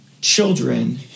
children